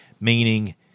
meaning